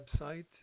website